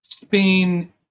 spain